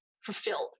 fulfilled